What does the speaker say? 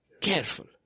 careful